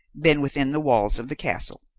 been within the walls of the castle.